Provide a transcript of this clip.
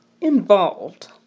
involved